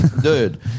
Dude